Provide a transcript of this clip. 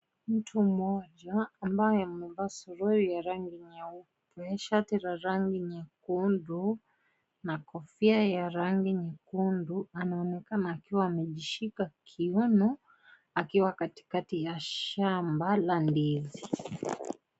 Mtu mmoja ambaye amevaa suruali ya rangi nyeupe shati la rangi nyekundu na kofia ya rangi nyekundu anaonekana akiwa amejishika kiuno akiwa katikati ya shamba la ndizi.